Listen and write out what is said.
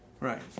right